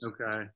Okay